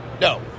no